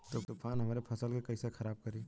तूफान हमरे फसल के कइसे खराब करी?